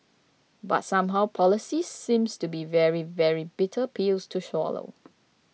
but somehow policies seems to be very very bitter pills to swallow